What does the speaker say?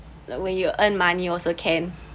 like when you earn money also can